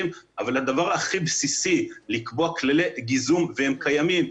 אבל הדבר הכי בסיסי הוא לקבוע כללי גיזום והם קיימים.